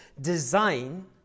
design